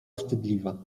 wstydliwa